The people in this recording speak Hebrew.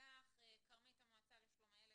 כרמית, המועצה לשלום הילד.